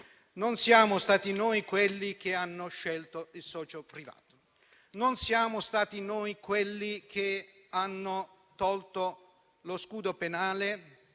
Non siamo stati noi quelli che hanno scelto il socio privato. Non siamo stati noi quelli che hanno tolto lo scudo penale